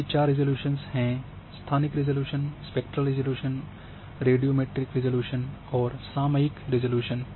ये चार रिज़ॉल्यूशन हैं स्थानिक resolution spectral resolution radiometric resolution और सामयिक रिज़ॉल्यूशन